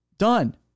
Done